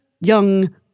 young